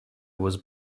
was